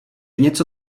něco